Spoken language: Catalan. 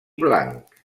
blanc